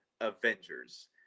Avengers